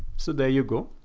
so there you go.